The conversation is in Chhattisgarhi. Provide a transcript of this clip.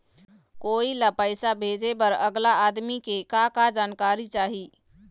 कोई ला पैसा भेजे बर अगला आदमी के का का जानकारी चाही?